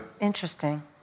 Interesting